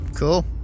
Cool